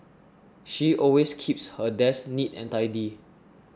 she always keeps her desk neat and tidy